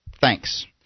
thanks